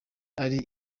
ari